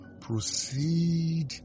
proceed